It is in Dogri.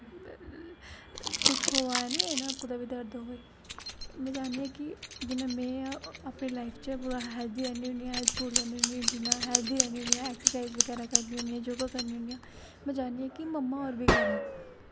कुछ होआ दा हैना दर्द में चाह्न्नी आं कि जि'यां में अपनी लाइफ च पूरा हेल्थी रैह्नी होनी आं हेल्थी रौह्नी आं जि'यां हेल्थी रौह्नी होनी आं योगा करनी होनी आं में चाह्न्नी आं कि मम्मा होर बी करन